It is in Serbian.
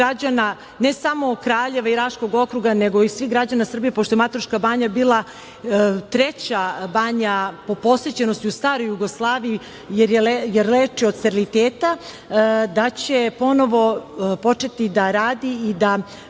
ne samo Kraljeva i Raškog okruga, nego i svih građana Srbije pošto je Mataruška Banja bila treća banja po posvećenosti u staroj Jugoslaviji, jer leči od steriliteta, da će ponovo početi da radi i da